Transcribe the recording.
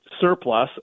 surplus